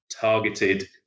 targeted